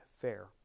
fair